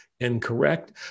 incorrect